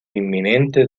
inminente